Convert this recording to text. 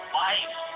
life